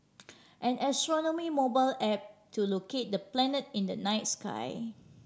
an astronomy mobile app to locate the planet in the night sky